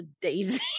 daisy